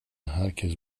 herkes